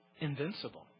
invincible